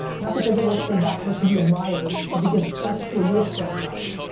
not because it worked for that person you admire, but because that's where your strength lies.